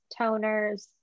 toners